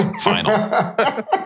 Final